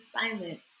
silence